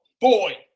boy